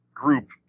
group